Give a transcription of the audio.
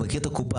הוא מכיר את הקופה,